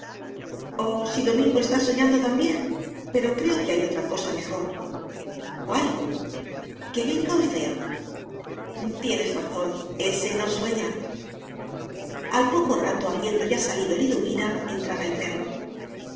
si domingo está soñando también pero creo que hay otra cosa mejor cuál que venga orfeo tienes razón ése no sueña al poco rato habiendo ya salido liduvina entraba el perro